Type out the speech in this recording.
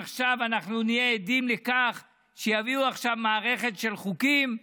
עכשיו אנחנו נהיה עדים לכך שיביאו עכשיו מערכת של חוקים,